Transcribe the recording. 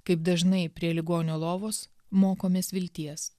kaip dažnai prie ligonio lovos mokomės vilties